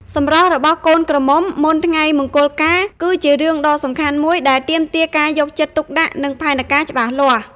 សម្រស់របស់កូនក្រមុំមុនថ្ងៃមង្គលការ គឺជារឿងដ៏សំខាន់មួយដែលទាមទារការយកចិត្តទុកដាក់ និងផែនការច្បាស់លាស់ ។